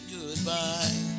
goodbye